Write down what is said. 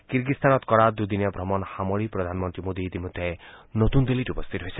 কিৰ্গিস্তানত কৰা দুদিনীয়া ভ্ৰমণ সামৰি প্ৰধানমন্ত্ৰী মোডী ইতিমধ্যে নতুন দিল্লীত উপস্থিত হৈছে